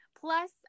Plus